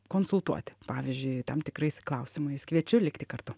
konsultuoti pavyzdžiui tam tikrais klausimais kviečiu likti kartu